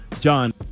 john